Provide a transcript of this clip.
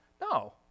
No